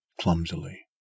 clumsily